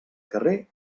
carrer